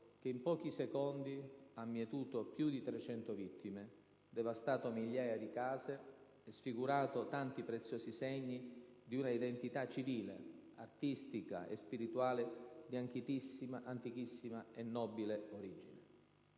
che in pochi secondi ha mietuto più di trecento vittime, devastato migliaia di case e sfigurato tanti preziosi segni di una identità civile, artistica e spirituale di antichissima e nobile origine.